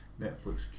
Netflix